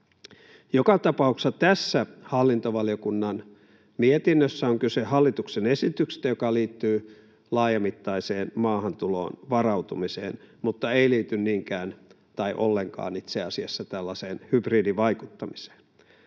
Joka tapauksessa tässä hallintovaliokunnan mietinnössä on kyse hallituksen esityksestä, joka liittyy laajamittaiseen maahantuloon varautumiseen mutta ei liity niinkään tai itse asiassa ollenkaan tällaiseen hybridivaikuttamiseen.